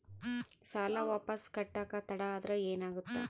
ಸಾಲ ವಾಪಸ್ ಕಟ್ಟಕ ತಡ ಆದ್ರ ಏನಾಗುತ್ತ?